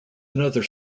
another